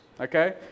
Okay